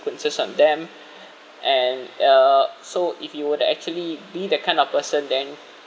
on them and uh so if you were to actually be that kind of person then